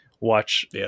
watch